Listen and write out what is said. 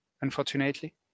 unfortunately